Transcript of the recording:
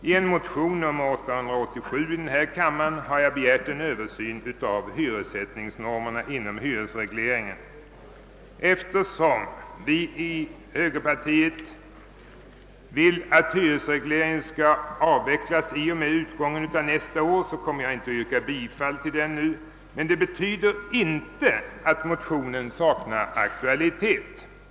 I en motion nr 887 i denna kammare har jag begärt en översyn av hyressättningsnormerna inom hyresregleringen. Eftersom vi i högerpartiet vill att hyresregleringen skall avvecklas i och med utgången av nästa år kommer jag inte att yrka bifall till denna motion nu, men detta betyder inte att motionen saknar aktualitet.